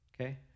okay